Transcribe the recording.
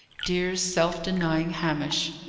dear, self-denying hamish!